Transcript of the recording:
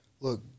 Look